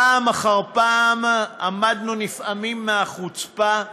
פעם אחר פעם עמדנו נפעמים מהחוצפה,